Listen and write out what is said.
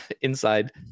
inside